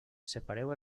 separeu